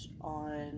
on